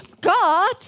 God